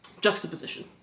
juxtaposition